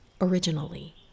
originally